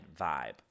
vibe